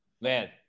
Man